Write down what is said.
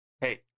Hey